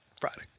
Friday